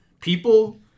people